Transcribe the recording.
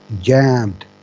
jammed